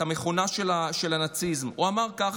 אמר ככה: